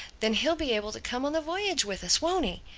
then he'll be able to come on the voyage with us, won't he?